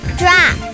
drop